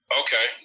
okay